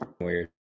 Weird